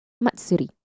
Matsuri